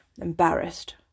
embarrassed